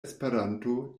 esperanto